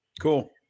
Cool